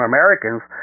Americans